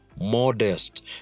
modest